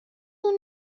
اون